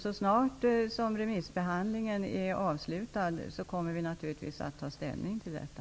Så snart som remissbehandlingen är avslutad kommer vi naturligtvis att ta ställning till detta.